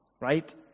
right